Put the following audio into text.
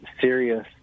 serious